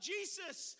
Jesus